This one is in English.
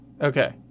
Okay